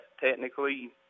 technically